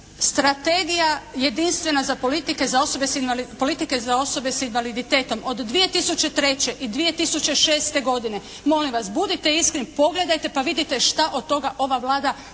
Strategija jedinstvena za politike za osobe sa invaliditetom. Od 2003. i 2006. godine molim vas budite iskreni pogledajte pa vidite što od toga ova Vlada